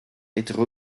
étaient